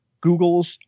Google's